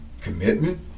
Commitment